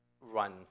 run